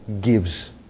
gives